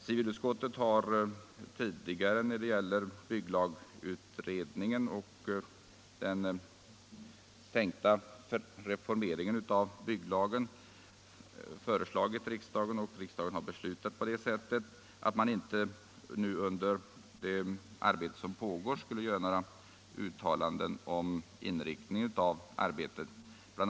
Civilutskottet har tidigare i fråga om bygglagutredningen och den tänkta reformeringen av bygglagen föreslagit riksdagen — och riksdagen har beslutat på det sättet — att man inte under det arbete som pågår skulle göra några uttalanden om inriktningen av arbetet. Bl.